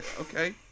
okay